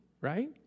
right